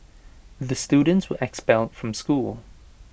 the students were expelled from school